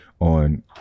on